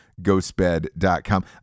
ghostbed.com